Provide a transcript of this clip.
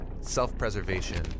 self-preservation